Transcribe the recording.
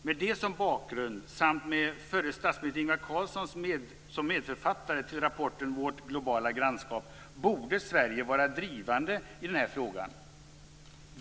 Med det som bakgrund samt med förre statsminister Ingvar Carlsson som medförfattare till rapporten Vårt globala grannskap borde Sverige vara drivande i denna fråga.